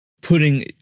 putting